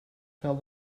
fell